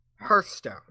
Hearthstone